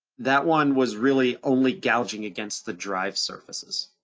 that one was really only gouging against the drive surfaces.